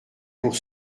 pour